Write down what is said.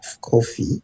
coffee